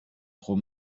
trop